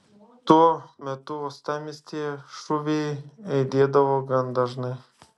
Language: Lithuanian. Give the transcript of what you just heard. tuo metu uostamiestyje šūviai aidėdavo gan dažnai